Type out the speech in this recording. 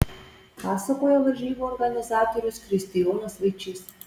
pasakoja varžybų organizatorius kristijonas vaičys